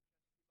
דבר שני,